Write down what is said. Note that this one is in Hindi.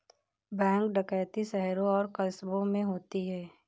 बैंक डकैती शहरों और कस्बों में होती है